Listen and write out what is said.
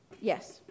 yes